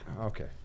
okay